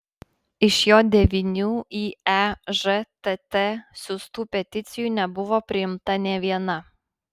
iš jo devynių į ežtt siųstų peticijų nebuvo priimta nė viena